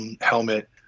Helmet